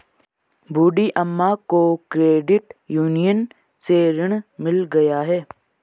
बूढ़ी अम्मा को credit union से ऋण मिल गया है